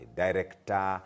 director